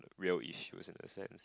real issues in a sense